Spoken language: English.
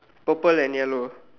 purple and yellow